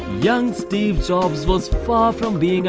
young steve jobs was far from